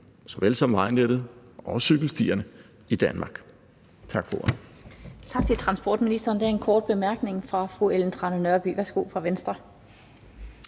såvel som vejnettet og cykelstierne i Danmark. Tak for ordet.